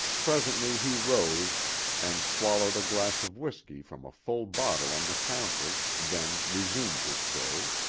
presently he rose and swallowed a glass of whisky from a full bottle on the counter, then resumed his story.